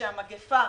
כשהמגפה